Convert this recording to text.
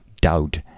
doubt